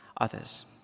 others